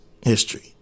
history